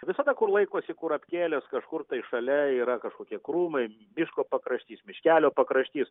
visada kur laikosi kurapkėlės kažkur tai šalia yra kažkokie krūmai miško pakraštys miškelio pakraštys